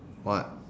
what